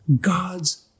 God's